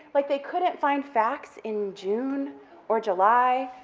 like, they couldn't find facts in june or july,